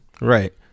right